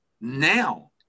now